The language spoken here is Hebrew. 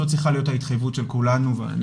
זאת צריכה להיות ההתחייבות של כולנו ואני